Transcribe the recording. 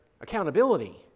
accountability